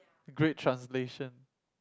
great translation